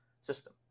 system